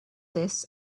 this